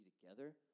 together